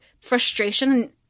frustration